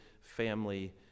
family